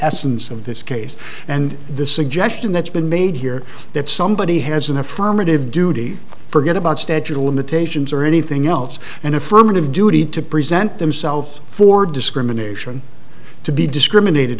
essence of this case and the suggestion that's been made here that somebody has an affirmative duty forget about statute of limitations or anything else and affirmative duty to present themselves for discrimination to be discriminated